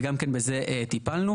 וגם כן בזה טיפלנו.